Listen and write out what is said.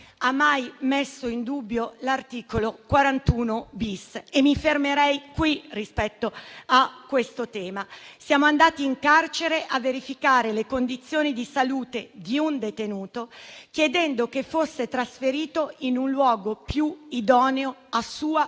ha mai messo in dubbio l'articolo 41-*bis*. E mi fermerei qui, rispetto a questo tema. Siamo andati in carcere a verificare le condizioni di salute di un detenuto, chiedendo che fosse trasferito in un luogo più idoneo a sua tutela,